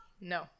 No